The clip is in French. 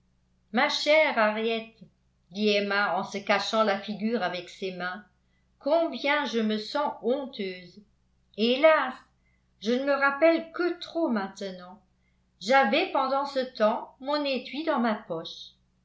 ma chère henriette dit emma en se cachant la figure avec ses mains combien je me sens honteuse hélas je ne me rappelle que trop maintenant j'avais pendant ce temps mon étui dans ma poche